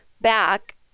back